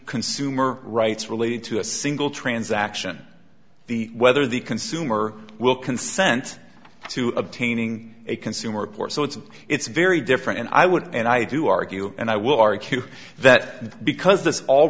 consumer rights related to a single transaction the whether the consumer will consent to obtaining a consumer report so it's it's very different and i would and i do argue and i will argue that because this all